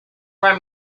where